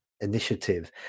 initiative